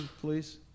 please